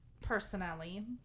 personally